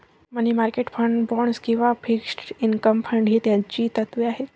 मनी market fund, bonds किंवा fixed income fund ही त्याची तत्त्वे आहेत